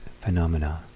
phenomena